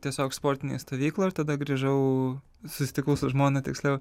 tiesiog sportinėj stovykloj ir tada grįžau susitikau su žmona tiksliau